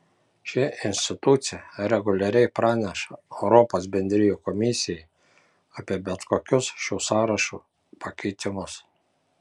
ši institucija reguliariai praneša europos bendrijų komisijai apie bet kokius šių sąrašų pakeitimus